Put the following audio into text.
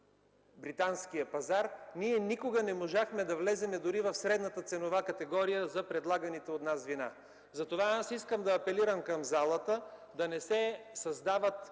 британския пазар. Ние никога не можахме да влезем дори в средната ценова категория за предлаганите от нас вина. Затова аз искам да апелирам залата да не се създават